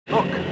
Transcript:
Look